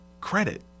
credit